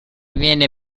viene